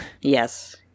Yes